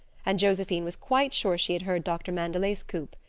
and josephine was quite sure she had heard doctor mandelet's coupe.